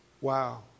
Wow